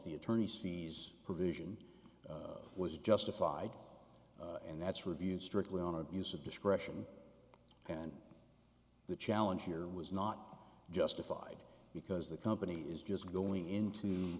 the attorney sees a provision was justified and that's reviewed strictly on abuse of discretion and the challenge here was not justified because the company is just going into